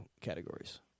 categories